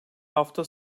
hafta